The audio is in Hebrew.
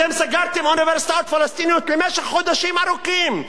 אתם סגרתם אוניברסיטאות פלסטיניות למשך חודשים ארוכים.